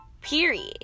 Period